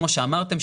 כמו שאמרתם,